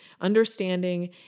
Understanding